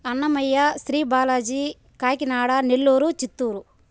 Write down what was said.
Annamayya Sri Balaji Kakinada Nellore Chittoor